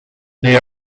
the